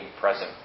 present